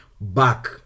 back